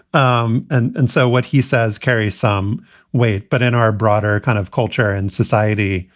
um and and so what he says carries some weight. but in our broader kind of culture and society,